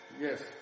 Yes